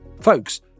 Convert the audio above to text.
Folks